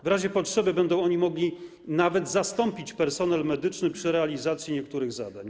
W razie potrzeby będą oni mogli nawet zastąpić personel medyczny przy realizacji niektórych zadań.